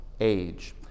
age